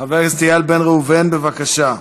חבר הכנסת איל בן ראובן, בבקשה.